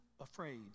afraid